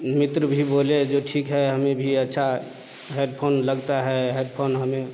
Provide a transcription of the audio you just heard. मित्र भी बोले जो ठीक है हमें भी अच्छा हैदफोन लगता है हैदफोन हमें